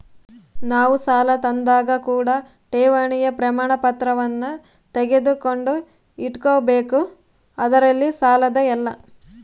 ನಾವು ಸಾಲ ತಾಂಡಾಗ ಕೂಡ ಠೇವಣಿಯ ಪ್ರಮಾಣಪತ್ರವನ್ನ ತೆಗೆದುಕೊಂಡು ಇಟ್ಟುಕೊಬೆಕು ಅದರಲ್ಲಿ ಸಾಲದ ಎಲ್ಲ ಮಾಹಿತಿಯಿರ್ತವ